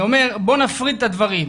בוא נפריד את הדברים.